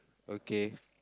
okay